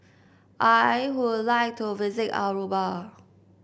I would like to visit Aruba